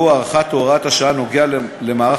והוא הארכת הוראת השעה הנוגעת למערך